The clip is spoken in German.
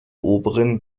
oberen